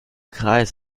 kreis